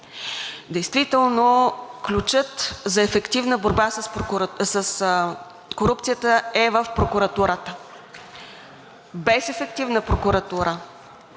Действително ключът за ефективна борба с корупцията е в прокуратурата. Без ефективна прокуратура